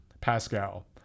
Pascal